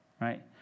right